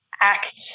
act